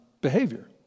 behavior